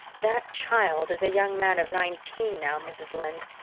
that child is a young man of nineteen now, mrs. lynde.